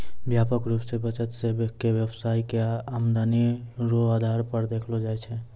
व्यापक रूप से बचत के व्यवसाय के आमदनी रो आधार पर देखलो जाय छै